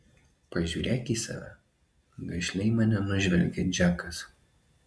pažiūrėk į save gašliai mane nužvelgia džekas